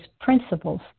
principles